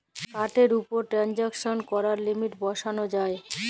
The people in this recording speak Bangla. কাড়ের উপর টেরাল্সাকশন ক্যরার লিমিট বসাল যায়